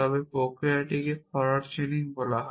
তবে প্রক্রিয়াটিকে forward chaining বলা হয়